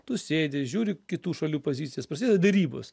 tu sėdi žiūri kitų šalių pozicijas prasideda derybos